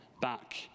back